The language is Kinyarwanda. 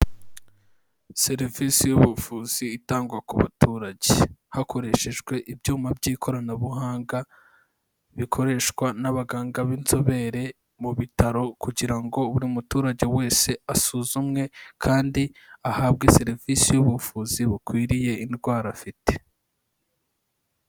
Serivisi y'ubuvuzi itangwa ku baturage, hakoreshejwe ibyuma by'ikoranabuhanga, bikoreshwa n'abaganga b'inzobere mu bitaro kugira ngo buri muturage wese asuzumwe kandi ahabwe serivisi y'ubuvuzi bukwiriye indwara afite.